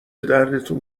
دردتون